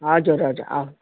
हजुर हजुर